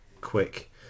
quick